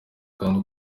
kandi